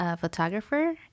photographer